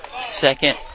second